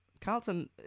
Carlton